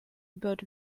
bird